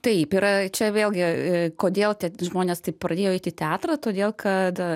taip yra čia vėlgi kodėl tie žmonės taip pradėjo eiti į teatrą todėl kad